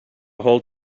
hold